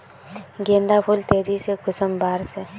गेंदा फुल तेजी से कुंसम बार से?